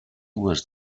was